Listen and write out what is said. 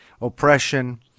oppression